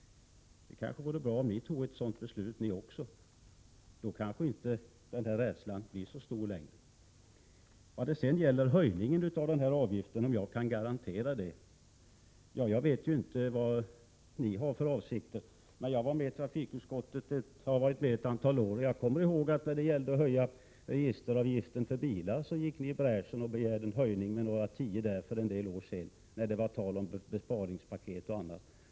Det kanske vore bra om ni fattade likadana beslut på era kongresser, så kanske rädslan inte längre blir så stor. Kan jag garantera att det inte blir någon höjning av avgiften? Jag vet ju inte vad ni har för avsikter, men jag har varit med i trafikutskottet ett antal år. När det gällde att höja registeravgiften för bilar gick ni i bräschen för en höjning med några tior för en del år sedan, när det var tal om besparingspaket och annat.